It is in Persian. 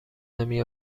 نمی